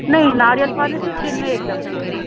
نہیں ناریل پانی صرف دن میں ایک دفعہ لینا ہے